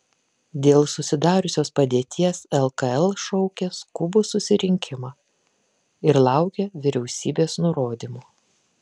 dėl susidariusios padėties lkl šaukia skubų susirinkimą ir laukia vyriausybės nurodymų